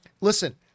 listen